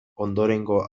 ondorengo